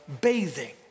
bathing